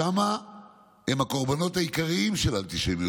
שם הם הקורבנות העיקריים של אנטישמיות,